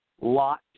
lot